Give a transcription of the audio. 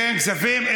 כן, כספים?